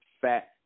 Fat